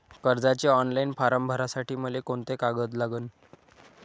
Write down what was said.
कर्जाचे online form भरासाठी मले कोंते कागद लागन?